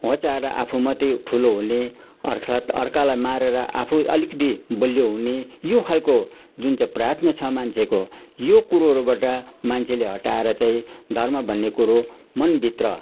होच्याएर आफू मात्रै ठुलो हुने अर्थात् अर्कालाई मारेर आफू अलिकिति बलियो हुने यो खाले जुन चाहिँ प्रार्थना छ मान्छेको यो कुरोहरूबाट मान्छेले हटाएर चाहिँ धर्म भन्ने कुरो मन भित्र